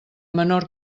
menor